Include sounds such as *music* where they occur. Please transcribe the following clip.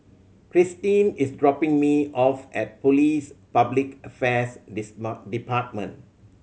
Krysten is dropping me off at Police Public Affairs *unintelligible* Department